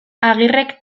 agirrek